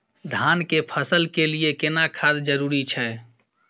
धान के फसल के लिये केना खाद जरूरी छै?